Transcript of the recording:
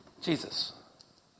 Jesus